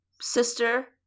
sister